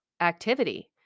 activity